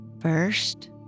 First